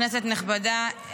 כנסת נכבדה,